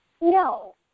No